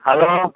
hello